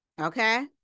Okay